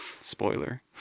Spoiler